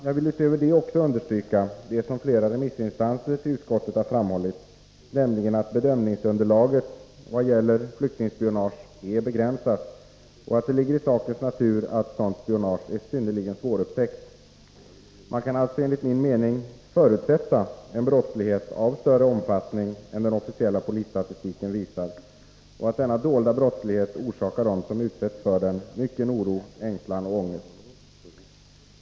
Jag vill utöver detta också understryka det som flera remissinstanser till utskottet framhållit, nämligen att bedömningsunderlaget vad gäller flyktingspionage är begränsat och att det ligger i sakens natur att sådant spionage är synnerligen svårupptäckt. Man kan alltså enligt min mening förutsätta en brottslighet av större omfattning än vad den officiella polisstatistiken visar och förutsätta att denna dolda brottslighet orsakar dem som utsätts för den mycken oro, ängslan och ångest.